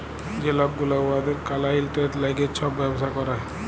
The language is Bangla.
যে লক গুলা উয়াদের কালাইয়েল্টের ল্যাইগে ছব ব্যবসা ক্যরে